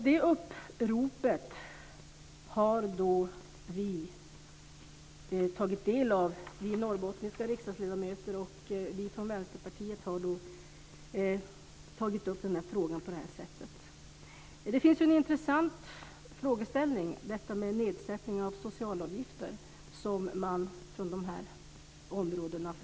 Det uppropet har vi norrbottniska riksdagsledamöter tagit del av. Vi i Vänsterpartiet har tagit upp frågan på det här sättet. Det finns en intressant frågeställning i detta med nedsättning av socialavgifter som man framför från de här områdena.